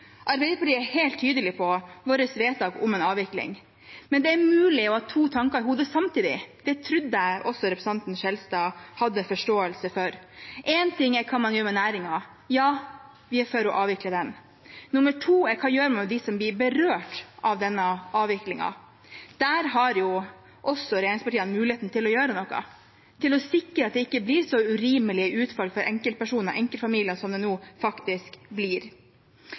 Arbeiderpartiet er helt tydelig på sitt vedtak om avvikling, men det er mulig å ha to tanker i hodet samtidig. Det trodde jeg også representanten Skjelstad hadde forståelse for. Én ting er hva man gjør med næringen – ja, vi er for å avvikle den, men nummer to er hva man gjør med dem som blir berørt av denne avviklingen. Der har også regjeringspartiene muligheten til å gjøre noe, til å sikre at det ikke blir så urimelige utfall for enkeltpersoner og enkeltfamilier som det nå faktisk blir.